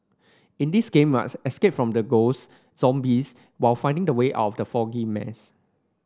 in this game must escape from the ghost zombies while finding the way out of the foggy maze